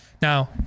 Now